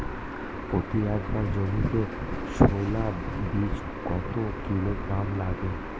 প্রতি একর জমিতে ছোলা বীজ কত কিলোগ্রাম লাগে?